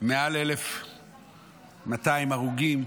מעל 1,200 הרוגים,